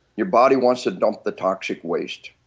your body wants to dump the toxic waste.